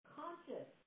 conscious